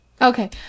Okay